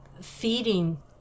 feeding